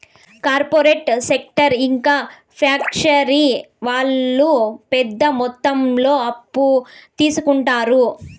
corporate sector ఇంకా factory వాళ్ళు పెద్ద మొత్తంలో అప్పు తీసుకుంటారు